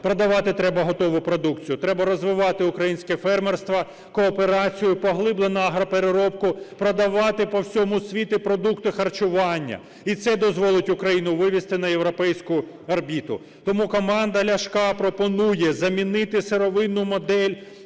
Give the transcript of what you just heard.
продавати треба готову продукцію, треба розвивати українське фермерство, кооперацію, поглиблену агропереробку, продавати по всьому світу продукти харчування. І це дозволить Україну вивести на європейську орбіту. Тому команда Ляшка пропонує замінити сировинну модель